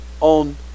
on